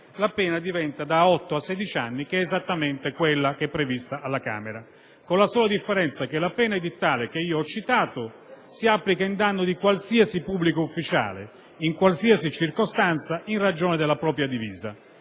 la pena diventa da otto a sedici anni, che è esattamente quella prevista dalla Camera, con la sola differenza che la pena edittale che ho citato si applica in danno di qualsiasi pubblico ufficiale, in qualsiasi circostanza, in ragione della propria divisa;